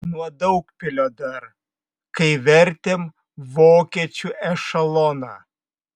nuo daugpilio dar kai vertėm vokiečių ešeloną